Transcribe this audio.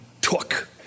took